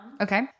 Okay